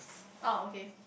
oh okay